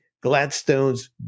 Gladstone's